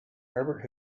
herbert